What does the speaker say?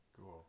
Cool